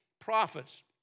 prophets